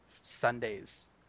Sundays